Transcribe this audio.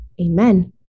Amen